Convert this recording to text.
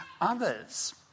others